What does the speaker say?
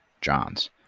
John's